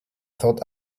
thought